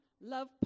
love